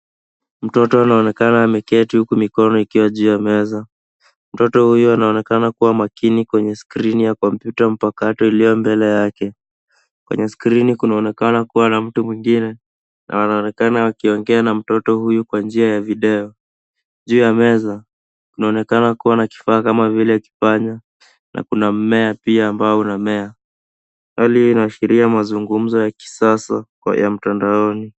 Mtoto anaonekana ameketi huku mikono ikiwa juu ya meza. Mtoto huyu anaonekana kuwa makini kwenye skrini ya kompyuta mpakato iliyo mbele yake. Kwenye skrini kunaonekana kuwa na mtu mwingine na anaonekana akiongea na mtoto huyu kwa njia ya video. Juu ya meza kunaonekana kuwa na kifaa kama vile kipanya kuna mmea pia ambao unamea. Hali hii inaashiria mazungumzo ya kisasa ya mtandaoni.